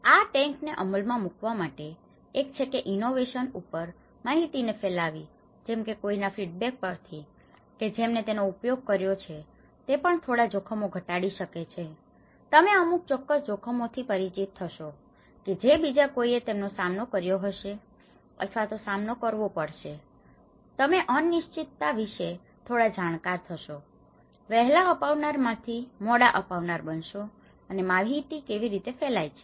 આ ટેન્ક ને અમલ માં મુકવા માટે એક છે કે ઇનોવેશન ઉપર માહિતી ને ફેલાવવી જેમ કે કોઈ ના ફીડબેક પરથી કે જેમને તેનો ઉપયોગ કર્યો છે તે પણ થોડા જોખમો ઘટાડી શકે છે તમે અમુક ચોક્કસ જોખમોથી પરિચિત થશો કે જે બીજા કોઈએ તેનો સામનો કર્યો હશે અથવા તો સામનો કરવો પડયો હશે તમે અનિશ્ચિતતા વિશે થોડા જાણકાર થશો વહેલા અપનાવનાર માંથી મોડા અપનાવનાર બનશો હવે માહિતી કેવી રીતે ફેલાય છે